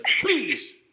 Please